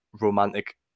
romantic